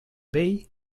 vell